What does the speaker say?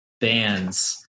bands